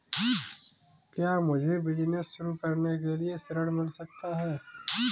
क्या मुझे बिजनेस शुरू करने के लिए ऋण मिल सकता है?